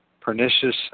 pernicious